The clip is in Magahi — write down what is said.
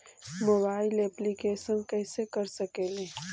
मोबाईल येपलीकेसन कैसे कर सकेली?